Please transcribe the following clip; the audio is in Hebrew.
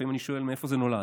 לפעמים אני שואל מאיפה זה נולד.